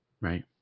right